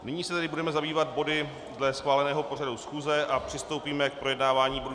Nyní se tedy budeme zabývat body dle schváleného pořadu schůze a přistoupíme k projednávání bodu